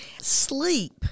Sleep